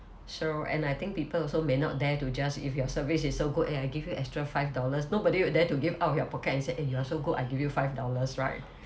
so and I think people also may not there to just if your service services so good eh I give you extra five dollars nobody will dare to give out your pocket and say eh you are so good I give you five dollars right